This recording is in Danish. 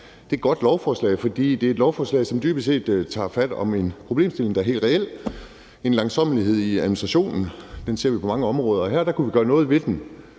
Det er godt lovforslag, fordi det er et lovforslag, som dybest set tager fat om en problemstilling, der er helt reel, nemlig en langsommelighed i administrationen. Den ser vi på mange områder, og her kunne vi gøre noget ved den